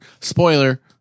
spoiler